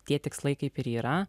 tie tikslai kaip ir yra